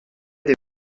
des